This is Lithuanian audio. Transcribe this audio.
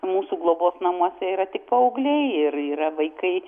mūsų globos namuose yra tik paaugliai ir yra vaikai